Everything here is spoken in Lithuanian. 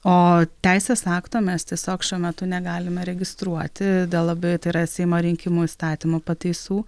oo teisės akto mes tiesiog šiuo metu negalime registruoti dėl labai tai yra seimo rinkimų įstatymo pataisų